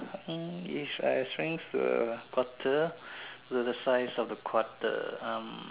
hmm if I shrink to a quarter will the size of the quarter um